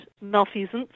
malfeasance